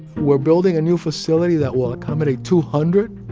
we're building a new facility that will accommodate two hundred.